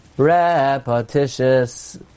repetitious